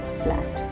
flat